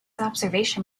observation